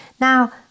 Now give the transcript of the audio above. Now